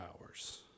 hours